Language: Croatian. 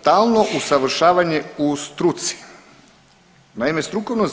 Stalno usavršavanje u struci, naime strukovno